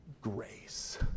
grace